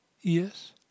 Yes